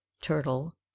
turtle